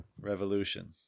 Revolution